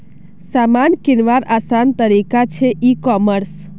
सामान किंवार आसान तरिका छे ई कॉमर्स